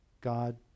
God